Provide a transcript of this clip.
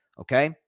Okay